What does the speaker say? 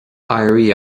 éirí